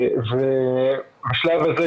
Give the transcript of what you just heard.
בשלב הזה,